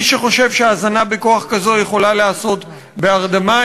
מי שחושב שהזנה בכוח כזאת יכולה להיעשות בהרדמה,